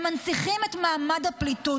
מנציח את מעמד הפליטות.